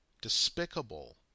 despicable